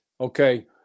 okay